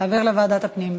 להעביר לוועדת הפנים.